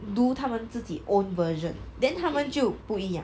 do 他们自己 own version then 他们就不一样